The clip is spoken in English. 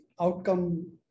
outcome